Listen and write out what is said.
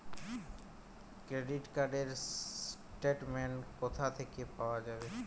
Credit card র statement কোথা থেকে পাওয়া যাবে?